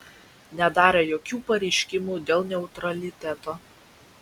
nedarė jokių pareiškimų dėl neutraliteto